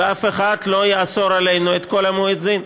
ואף אחד לא יאסור עלינו את קול המואזין,